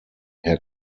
herr